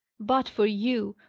but for you,